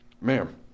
Ma'am